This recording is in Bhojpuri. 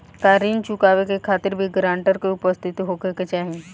का ऋण चुकावे के खातिर भी ग्रानटर के उपस्थित होखे के चाही?